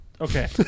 okay